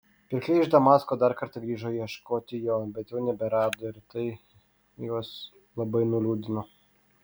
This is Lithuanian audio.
pirkliai iš damasko dar kartą grįžo ieškoti jo bet jau neberado ir tai juos labai nuliūdino